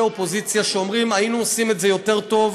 אופוזיציה שאומרים: היינו עושים את זה יותר טוב,